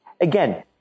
again